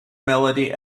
melody